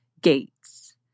Gates